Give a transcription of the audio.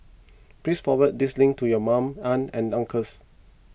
please forward this link to your mums aunts and uncles